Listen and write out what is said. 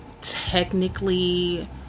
technically